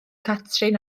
catrin